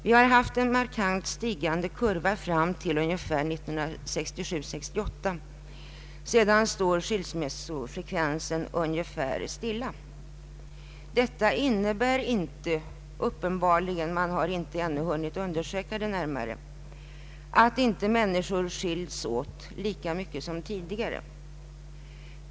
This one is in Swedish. Vi har haft en markant stigande kurva fram till 1967—1968. Sedan är skilsmässofrekvensen nästan oförändrad. Detta innebär inte utan vidare — man har ännu inte hunnit undersöka det närmare — att inte människor skiljs lika mycket som tidigare.